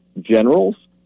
generals